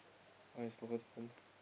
what is local talent